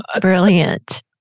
brilliant